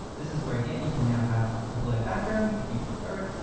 this is where again, you can now have a blurred background if you prefer it,